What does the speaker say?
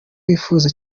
wifuza